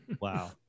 Wow